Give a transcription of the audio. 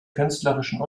künstlerischen